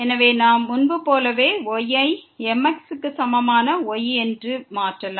எனவே நாம் முன்பு போலவே y ஐ mx க்கு சமமான y என்று மாற்றலாம்